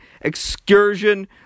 excursion